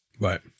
Right